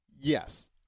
yes